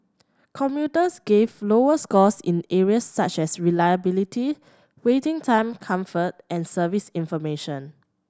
commuters gave lower scores in areas such as reliability waiting time comfort and service information